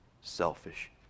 selfish